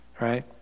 right